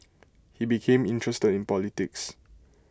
he became interested in politics